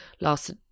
last